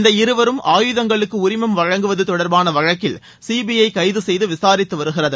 இந்த இருவரும் ஆயுதங்களுக்கு உரிமம் வழங்குவது தொடர்பான வழக்கில் சிபிஐ கைது செய்து விசாரித்து வருகிறது